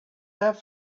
have